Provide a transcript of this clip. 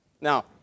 Now